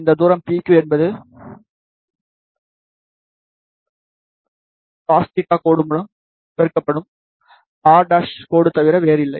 இந்த தூரம் PQ என்பது கோடு காஸ் தீட்டா cosθ கோடு மூலம் பெருக்கப்படும் r' கோடு தவிர வேறில்லை